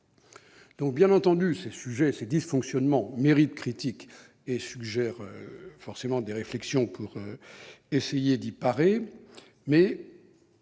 Bien entendu, ces dysfonctionnements méritent critique et suggèrent forcément des réflexions pour essayer d'y